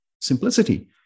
simplicity